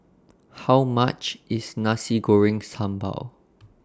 How much IS Nasi Goreng Sambal